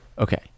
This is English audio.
Okay